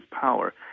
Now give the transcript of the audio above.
power